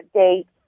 date